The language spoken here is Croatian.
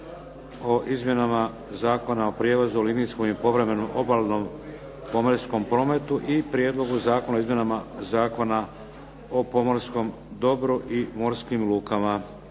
o izmjenama Zakona o prijevozu linijskom i povremenom obalnom pomorskom prometu i Prijedlogu zakona o izmjenama Zakona o pomorskom dobru i morskim lukama